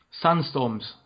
sandstorms